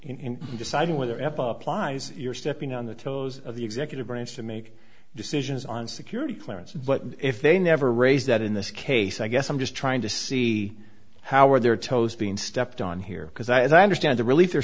whether in deciding whether epa applies you're stepping on the toes of the executive branch to make decisions on security clearances but if they never raise that in this case i guess i'm just trying to see how are their toes being stepped on here because i as i understand the relief they're